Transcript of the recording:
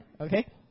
Okay